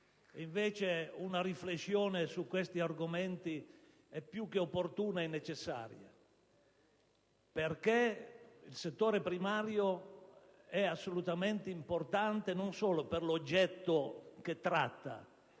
Invece una riflessione su questi argomenti è più che opportuna e necessaria: il settore primario è assolutamente importante, non solo per l'oggetto che tratta,